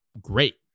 great